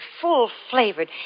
full-flavored